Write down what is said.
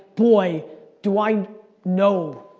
boy do i know?